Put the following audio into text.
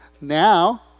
Now